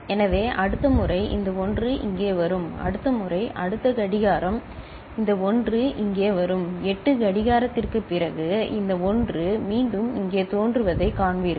எனவே அடுத்த முறை இந்த 1 இங்கே வரும் அடுத்த முறை அடுத்த கடிகாரம் இந்த 1 இங்கு வரும் 8 கடிகாரத்திற்குப் பிறகு இந்த 1 மீண்டும் இங்கே தோன்றுவதைக் காண்பீர்கள்